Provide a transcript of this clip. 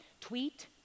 tweet